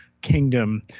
kingdom